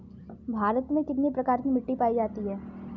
भारत में कितने प्रकार की मिट्टी पायी जाती है?